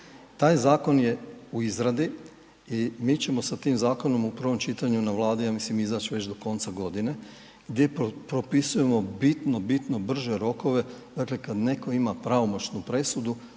Taj zakon je u izradi i mi ćemo sa tim zakonom u prvom čitanju na Vladi ja mislim izaći već do konca godine gdje propisujemo bitno, bitno brže rokove. Dakle, kada netko ima pravomoćnu presudu